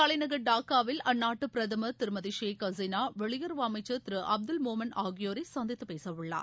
தலைநகர் டாக்காவில் அந்நாட்டு பிரதமர் திருமதி ஷேக் ஹசினா வெளியுறவு அமைச்சர் திரு அப்துல் மோமன் ஆகியோரை சந்தித்து பேசவுள்ளார்